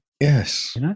Yes